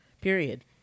period